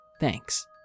Thanks